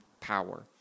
power